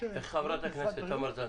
חברת הכנסת תמר זנדברג.